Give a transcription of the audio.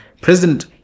President